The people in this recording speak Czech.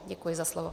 Děkuji za slovo.